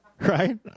Right